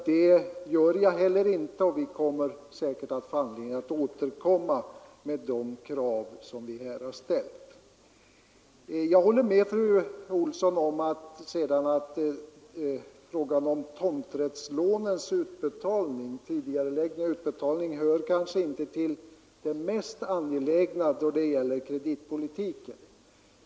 Det gör jag heller inte; vi får säkerligen anledning att återkomma med de krav som vi här har ställt. Jag håller sedan med fru Olsson om att frågan om tidigareläggning av utbetalningen av tomträttslånen inte hör till de mest angelägna frågorna när det gäller kreditpolitiken.